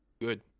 good